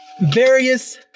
various